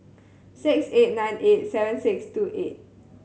six eight nine eight seven six two eight